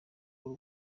b’u